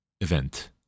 event